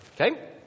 Okay